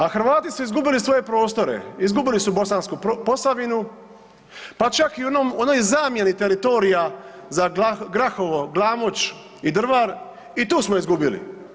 A Hrvati su izgubili svoje prostore, izgubili su Bosansku Posavinu, pa čak i u onom, u onoj zamjeni teritorija za Grahovo, Glamoč i Drvar i tu smo izgubili.